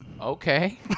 Okay